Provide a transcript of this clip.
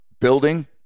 building